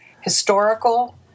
historical